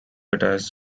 attached